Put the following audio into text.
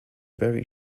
very